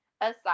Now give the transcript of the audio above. aside